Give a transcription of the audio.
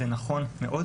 זה נכון מאוד.